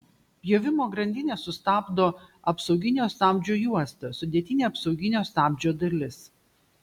pjovimo grandinę sustabdo apsauginio stabdžio juosta sudėtinė apsauginio stabdžio dalis